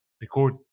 record